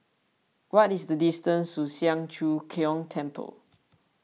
what is the distance to Siang Cho Keong Temple